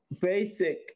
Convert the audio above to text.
basic